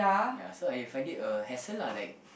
ya so I find it a hassle lah like